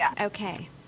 Okay